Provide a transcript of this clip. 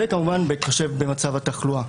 וכמובן בהתחשב במצב התחלואה.